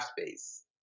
space